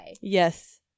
Yes